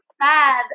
sad